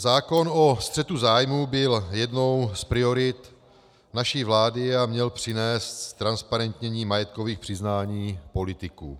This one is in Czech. Zákon o střetu zájmů byl jednou z priorit naší vlády a měl přinést ztransparentnění majetkových přiznání politiků.